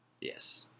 Yes